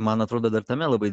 man atrodo dar tame labai